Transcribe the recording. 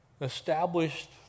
established